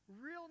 Real